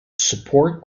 support